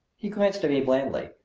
he glanced at me blandly,